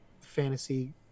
fantasy